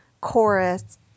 chorus